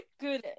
good